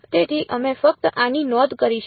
તેથી અમે ફક્ત આની નોંધ કરીશું